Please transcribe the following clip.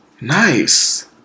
Nice